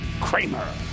kramer